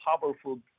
powerful